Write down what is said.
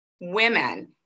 women